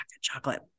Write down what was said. chocolate